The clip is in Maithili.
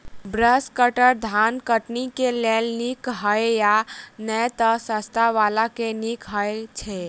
ब्रश कटर धान कटनी केँ लेल नीक हएत या नै तऽ सस्ता वला केँ नीक हय छै?